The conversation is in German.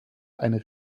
einen